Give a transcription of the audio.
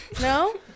No